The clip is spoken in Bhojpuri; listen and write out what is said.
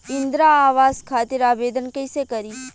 इंद्रा आवास खातिर आवेदन कइसे करि?